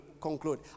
conclude